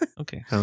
Okay